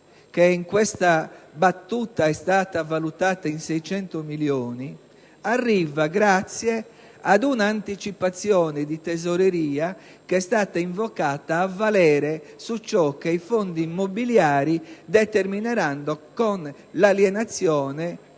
che in questa battuta è stata valutata in 600 milioni, arriva grazie ad un'anticipazione di tesoreria invocata a valere su ciò che i fondi immobiliari determineranno con l'alienazione